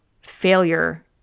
failure